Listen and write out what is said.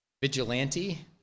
Vigilante